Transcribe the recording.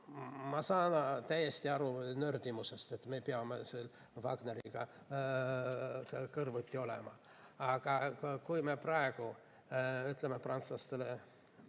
Ma saan täiesti aru nördimusest selle üle, et me peame Wagneriga kõrvuti olema, aga kui me praegu ütleme prantslastele